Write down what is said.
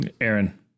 Aaron